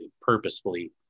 purposefully